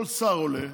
כל שר עולה,